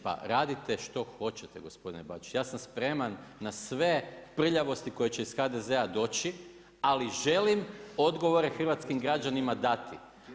Pa radite što hoćete gospodine Bačić, ja sam spreman na sve prljavosti koje će iz HDZ-a doći, ali želim odgovore hrvatskim građanima dati.